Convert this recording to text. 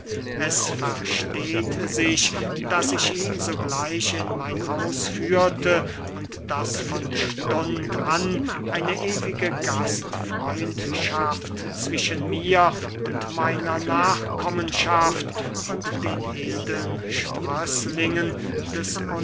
es versteht sich daß ich ihn sogleich in mein haus führte und daß von stund an eine ewige gastfreundschaft zwischen mir und meiner nachkommenschaft und den edeln sprößlingen des